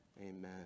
amen